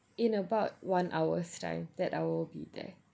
in about one hour's time that I will be there